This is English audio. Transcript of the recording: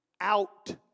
out